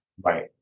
Right